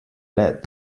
lead